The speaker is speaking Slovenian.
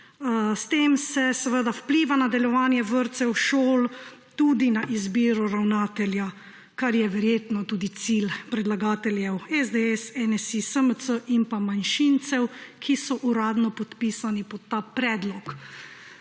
S tem se seveda vpliva na delovanje vrtcev, šol, tudi na izbiro ravnatelja, kar je verjetno tudi cilj predlagateljev – SDS, NSi, SMC in manjšincev, ki so uradno podpisani pod ta predlog.